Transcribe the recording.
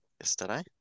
yesterday